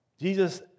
Jesus